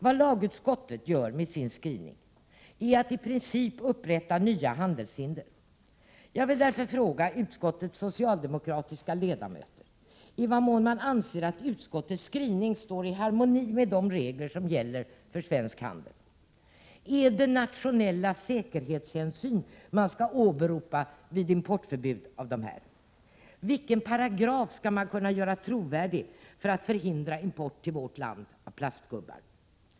Vad lagutskottet gör med sin skrivning är att i princip upprätta nya handelshinder. Jag vill därför fråga utskottets socialdemokratiska ledamöter i vad mån de anser att utskottets skrivning står i harmoni med de regler som gäller för svensk frihandel. Är det nationella säkerhetshänsyn man skall åberopa vid ett importförbud i detta sammanhang? Vilken paragraf skall man kunna göra trovärdig när det gäller att förhindra import till vårt land av plastgubbar?